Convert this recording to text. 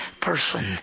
person